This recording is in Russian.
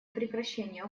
прекращение